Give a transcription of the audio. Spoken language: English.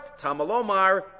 Tamalomar